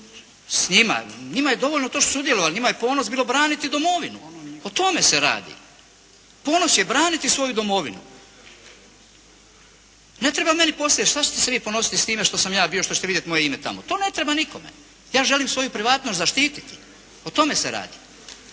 s njima, njima je dovoljno to što su sudjelovali, njima je ponos bilo braniti domovinu. O tome se radi. Ponos je braniti svoju domovinu. Ne treba meni poslije, šta ćete se vi ponositi s time što sam ja bio, što ćete vidjeti moje ime tamo. To ne treba nikome, ja želim svoju privatnost zaštititi. O tome se radi.